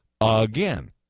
again